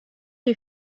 est